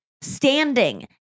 standing